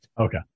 Okay